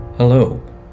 Hello